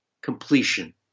completion